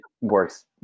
works